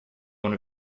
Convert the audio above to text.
one